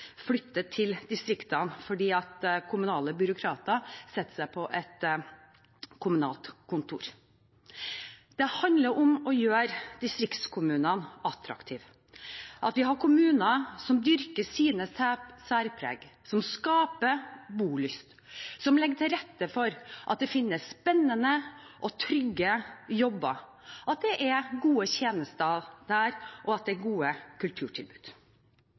flytter til distriktene fordi kommunale byråkrater setter seg på et kommunalt kontor. Det handler om å gjøre distriktskommunene attraktive, at vi har kommuner som dyrker sine særpreg, som skaper bolyst, som legger til rette for at det finnes spennende og trygge jobber, at det er gode tjenester der, og at det er gode kulturtilbud.